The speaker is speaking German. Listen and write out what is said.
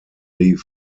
die